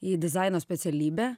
į dizaino specialybę